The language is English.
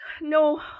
No